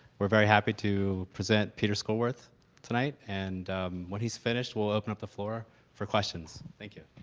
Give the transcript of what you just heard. we're very happy to present pieter schoolwerth tonight and when he's finished, we'll open up the floor for questions. thank you.